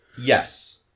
Yes